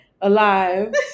alive